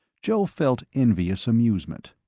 joe felt envious amusement.